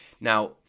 now